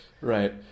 right